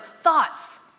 thoughts